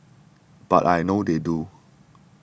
but I know they do